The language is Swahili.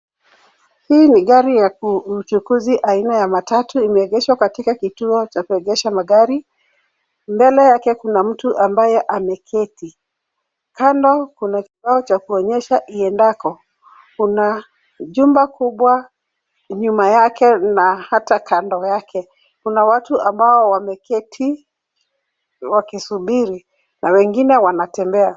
Hii ni gari ya uchukuzi aina ya matatu imeegeshwa katika kituo cha kuegesha magari. Mbele yake kuna mtu ambaye ameketi. Kando kuna kibao cha kuonyesha iendako. Kuna jumba kubwa nyuma yake na hata kando yake. Kuna watu ambao wameketi wakisubiri na wengine wanatembea.